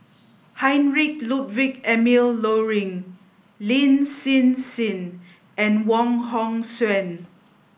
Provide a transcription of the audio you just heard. Heinrich Ludwig Emil Luering Lin Hsin Hsin and Wong Hong Suen